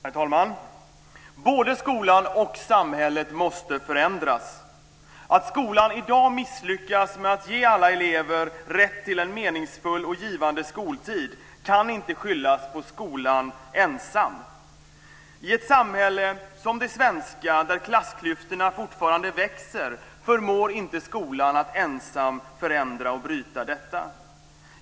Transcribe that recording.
Herr talman! Både skolan och samhället måste förändras. Att skolan i dag misslyckas med att ge alla elever rätt till en meningsfull och givande skoltid kan inte skyllas på skolan ensam. I ett samhälle som det svenska, där klassklyftorna fortfarande växer, förmår inte skolan att ensam förändra och bryta detta.